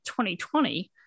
2020